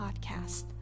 Podcast